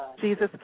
Jesus